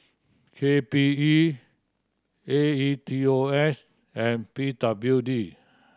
K P E A E T O S and P W D